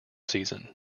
season